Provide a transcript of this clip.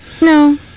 No